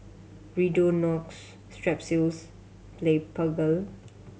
Redonox Strepsils Blephagel